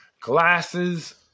glasses